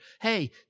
Hey